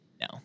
No